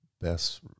best